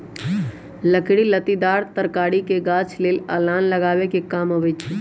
लकड़ी लत्तिदार तरकारी के गाछ लेल अलान लगाबे कें काम अबई छै